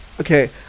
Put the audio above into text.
okay